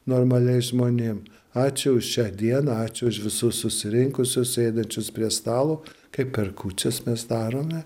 normaliais žmonėm ačiū už šią dieną ačiū už visus susirinkusius sėdinčius prie stalo kaip per kūčias mes darome